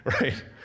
Right